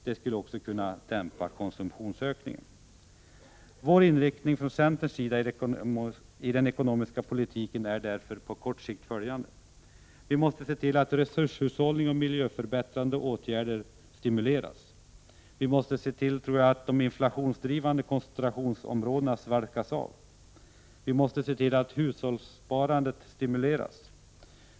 Det skulle också kunna dämpa konsumtionsökningen. Centerns inriktning i den ekonomiska politiken är därför på kort sikt följande. Vi måste se till att resurshushållning och miljöförbättrande åtgärder stimuleras. Vi måste se till att de inflationsdrivande koncentrationsområdena svalkas av. Vi måste se till att hushållssparandet stimuleras.